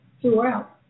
throughout